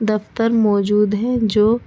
دفتر موجود ہیں جو